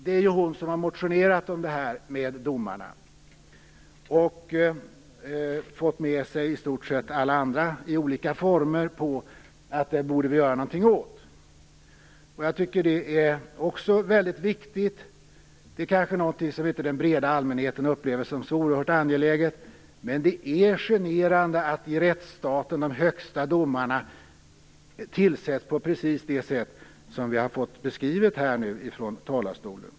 Det är hon som har motionerat om detta med domarna och fått med sig i stort sett alla andra i olika former på att detta borde vi göra någonting åt. Jag tycker att det är väldigt viktigt. Det är något som kanske den breda allmänheten inte upplever som så oerhört angeläget, men det är generande att de högsta domarna i rättsstaten tillsätts på precis det sätt som vi här har fått beskrivet från talarstolen.